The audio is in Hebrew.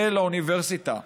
זה לאוניברסיטה.